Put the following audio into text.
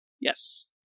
Yes